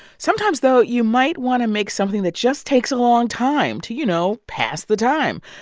sometimes, though, you might want to make something that just takes a long time to, you know, pass the time.